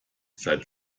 seit